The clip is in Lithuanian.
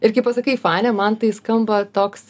ir kai pasakai fanė man tai skamba toks